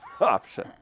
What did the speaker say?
option